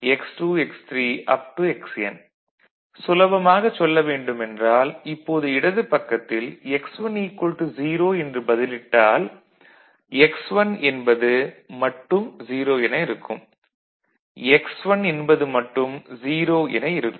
F1 x2 x3 xN சுலபமாகச் சொல்ல வேண்டும் என்றால் இப்போது இடதுப் பக்கத்தில் x1 0 என்று பதிலிட்டால் x1 என்பது மட்டும் 0 என இருக்கும்